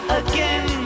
again